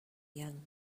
young